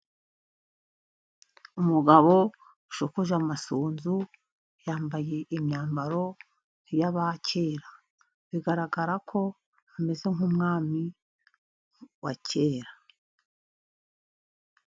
Umugabo ushokoje amasunzu, yambaye imyambaro y'abakera, bigaragara ko ameze nk'umwami wa kera.